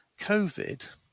COVID